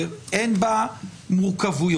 אין בה מורכבויות.